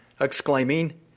exclaiming